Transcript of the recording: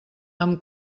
amb